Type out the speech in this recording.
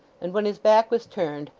and when his back was turned,